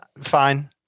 fine